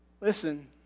Listen